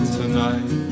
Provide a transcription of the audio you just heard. tonight